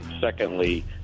Secondly